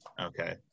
Okay